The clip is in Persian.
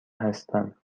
هستم